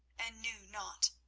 and knew not.